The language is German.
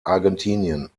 argentinien